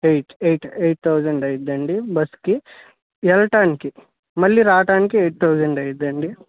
eight eight eight thousand అయిద్దండి బస్కి వెళ్ళటానికి మళ్ళీ రావటానికి ఎయిట్ తౌసండ్ అయిద్దండి